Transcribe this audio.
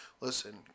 listen